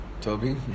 Toby